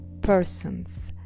persons